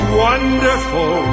wonderful